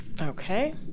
Okay